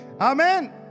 Amen